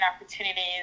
opportunities